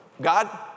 God